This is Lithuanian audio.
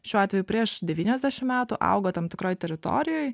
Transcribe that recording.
šiuo atveju prieš devyniasdešimt metų augo tam tikroj teritorijoj